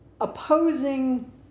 opposing